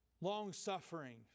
Long-suffering